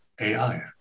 ai